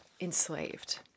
enslaved